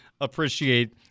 appreciate